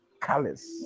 colors